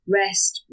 rest